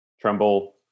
Tremble